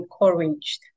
encouraged